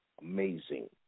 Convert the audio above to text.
amazing